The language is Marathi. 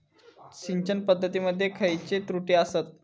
सिंचन पद्धती मध्ये खयचे त्रुटी आसत?